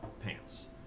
Pants